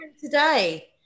today